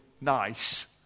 nice